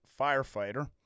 firefighter